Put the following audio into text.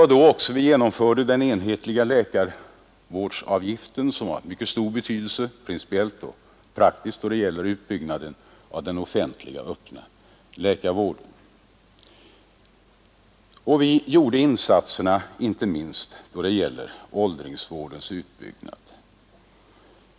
Det var också då vi fattade beslut om den enhetliga läkarvårdsavgiften, som är av mycket stor betydelse, principiellt och praktiskt, då det gäller utbyggnaden av den offentliga öppna läkarvården. Vi gjorde vidare insatser då det gällde åldringsvårdens utbyggnad.